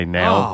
now